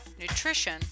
nutrition